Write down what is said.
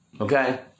Okay